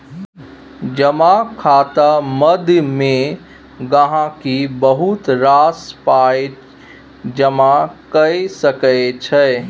जमा खाता माध्यमे गहिंकी बहुत रास पाइ जमा कए सकै छै